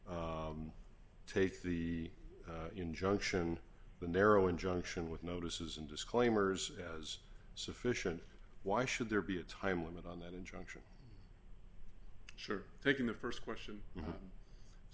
given take the injunction the narrow injunction with notices and disclaimers as sufficient why should there be a time limit on that injunction sure taking the st question to